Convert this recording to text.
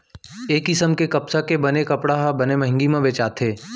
ए किसम के कपसा के बने कपड़ा ह बने मंहगी म बेचाथे